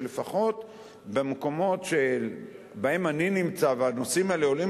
שלפחות במקומות שבהם אני נמצא והנושאים האלה עולים